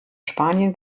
spanien